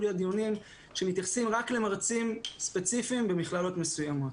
להיות לדיונים שמתייחסים רק למרצים ספציפיים במכללות מסוימות.